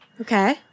Okay